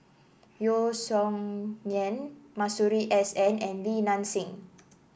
Yeo Song Nian Masuri S N and Li Nanxing